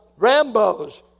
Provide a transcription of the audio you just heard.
rambos